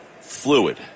fluid